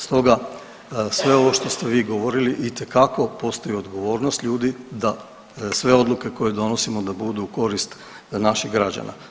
Stoga sve ovo što ste vi govorili itekako postoji odgovornost ljudi da sve odluke koje donosimo da budu u korist naših građana.